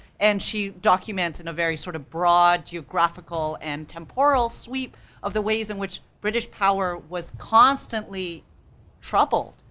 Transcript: and she documents in a very sort of broad, geographical, and temporal sweep of the ways in which british power was constantly troubled,